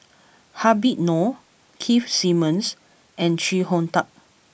Habib Noh Keith Simmons and Chee Hong Tat